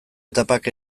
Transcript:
etapak